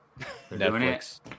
Netflix